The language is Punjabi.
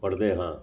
ਪੜ੍ਹਦੇ ਹਾਂ